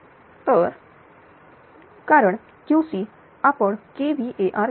तर करण QC आपण kVAr घेत आहोत